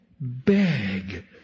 beg